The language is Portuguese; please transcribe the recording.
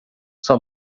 sua